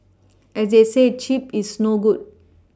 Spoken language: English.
as they say cheap is no good